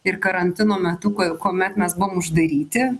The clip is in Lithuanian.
ir karantino metu kuo kuomet mes buvom uždaryti